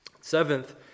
Seventh